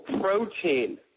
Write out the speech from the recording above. protein